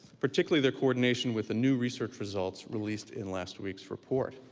particularly their coordination with the new research results released in last week's report.